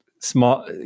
small